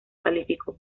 calificó